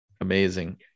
amazing